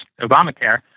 Obamacare